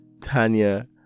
tanya